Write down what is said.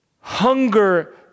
Hunger